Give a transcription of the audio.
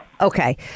okay